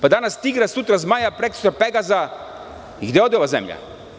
Danas tigra, sutra zmaja, prekosutra Pegaza i gde ode ova zemlja?